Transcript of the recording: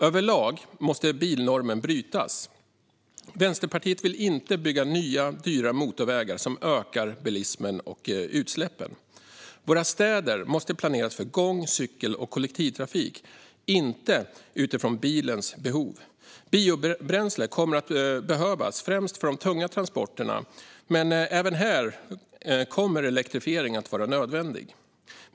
Överlag måste bilnormen brytas. Vänsterpartiet vill inte att det byggs nya dyra motorvägar som ökar bilismen och utsläppen. Våra städer måste planeras för gång-, cykel kollektivtrafik, inte utifrån bilens behov. Biobränsle kommer att behövas främst för de tunga transporterna. Men även här kommer elektrifiering att vara nödvändig.